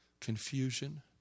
confusion